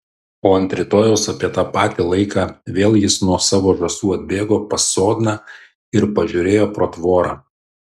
o ant rytojaus apie tą patį laiką vėl jis nuo savo žąsų atbėgo pas sodną ir pažiūrėjo pro tvorą